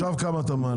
ועכשיו בכמה אתה מעלה?